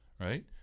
right